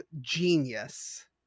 genius